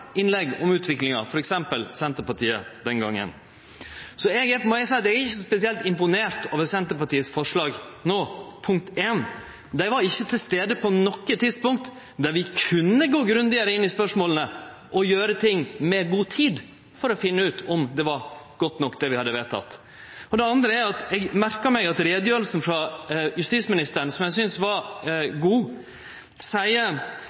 innlegg om utviklinga, f.eks. Senterpartiet. Så eg må seie at eg ikkje er spesielt imponert over Senterpartiets forslag no. For det første: Dei var ikkje til stades på noko tidspunkt då vi kunne gå grundigare inn i spørsmåla og hadde god tid til å finne ut om det vi hadde vedteke, var godt nok. For det andre merkar eg meg at justisministeren i utgreiinga si – som eg synest var god – seier